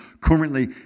currently